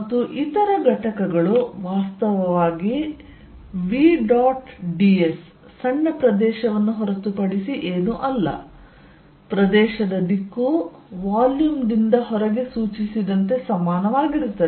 ಮತ್ತು ಇತರ ಘಟಕಗಳು ವಾಸ್ತವವಾಗಿ v ಡಾಟ್ ds ಸಣ್ಣ ಪ್ರದೇಶವನ್ನು ಹೊರತುಪಡಿಸಿ ಏನೂ ಅಲ್ಲ ಪ್ರದೇಶದ ದಿಕ್ಕು ವಾಲ್ಯೂಮ್ ದಿಂದ ಹೊರಗೆ ಸೂಚಿಸಿದಂತೆ ಸಮಾನವಾಗಿರುತ್ತದೆ